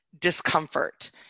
discomfort